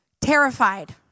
Terrified